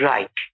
Right